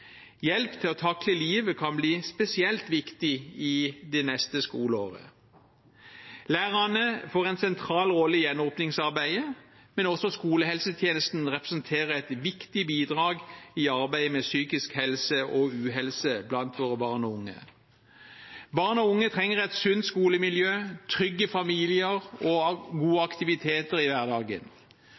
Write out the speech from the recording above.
Hjelp til å takle livet kan bli spesielt viktig det neste skoleåret. Lærerne får en sentral rolle i gjenåpningsarbeidet, men også skolehelsetjenesten representerer et viktig bidrag i arbeidet med psykisk helse og uhelse blant våre barn og unge. Barn og unge trenger et sunt skolemiljø, trygge familier og gode aktiviteter i hverdagen.